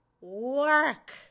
Work